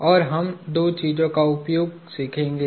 और हम दो चीजों का उपयोग सीखेंगे